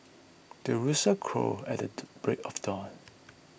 the rooster crows at the break of dawn